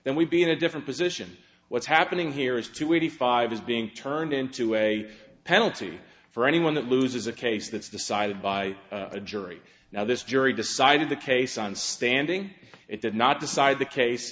then we'd be in a different position what's happening here is two eighty five is being turned into a penalty for anyone that loses a case that's decided by a jury now this jury decided the case on standing it did not decide the case